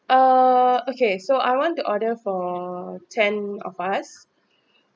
uh okay so I want to order for ten of us